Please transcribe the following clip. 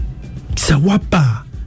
Sawapa